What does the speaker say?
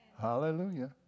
Hallelujah